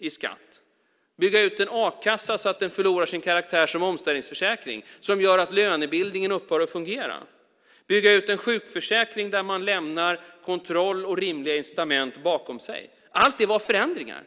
i skatt, bygger ut en a-kassa så att den förlorar sin karaktär som omställningsförsäkring, som gör att lönebildningen upphör att fungera, och bygger ut en sjukförsäkring där man lämnar kontroll och rimliga incitament bakom sig. Allt det var förändringar.